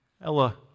Ella